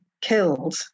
killed